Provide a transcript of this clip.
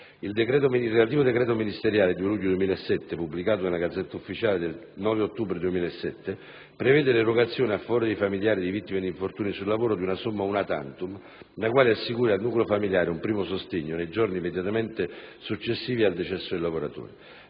Il relativo decreto ministeriale 2 luglio 2007, pubblicato nella *Gazzetta Ufficiale* del 9 ottobre 2007, prevede l'erogazione a favore dei familiari di vittime di infortuni sui lavoro di una somma *una tantum*, la quale assicuri al nucleo familiare un primo sostegno nei giorni immediatamente successivi al decesso del lavoratore.